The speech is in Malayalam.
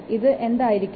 ഇത് എന്തായിരിക്കാം